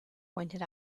pointed